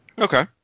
Okay